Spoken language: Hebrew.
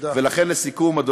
ולכן, לסיכום, תודה.